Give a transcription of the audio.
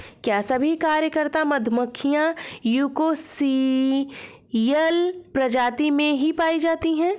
क्या सभी कार्यकर्ता मधुमक्खियां यूकोसियल प्रजाति में ही पाई जाती हैं?